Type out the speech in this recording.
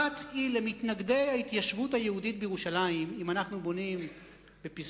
אחת היא למתנגדי ההתיישבות היהודית בירושלים אם אנחנו בונים בפסגת-זאב